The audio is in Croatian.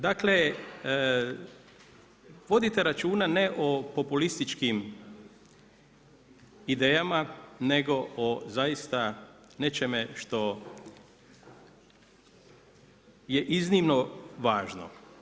Dakle, vodite računa ne o populističkim idejama nego o zaista nečemu što je iznimno važno.